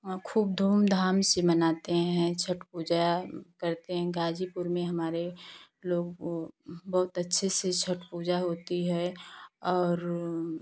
वह खूब धूम धाम से मनाते हैं छठ पूजा करते हैं गाजीपुर में हमारे लोग वो बहुत अच्छे से छठ पूजा होती है और